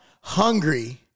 hungry